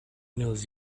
knows